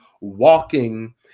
walking